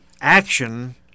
action